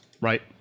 right